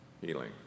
healing